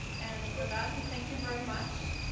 and with that, we thank you very much.